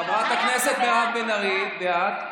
חברת הכנסת מירב בן ארי בעד,